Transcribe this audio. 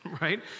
Right